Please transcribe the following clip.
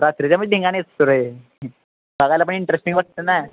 रात्रीच्या म्हणजे धिंगाणेच सर्व बघायला पण इंटरेस्टिंग वाटतं ना